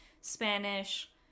Spanish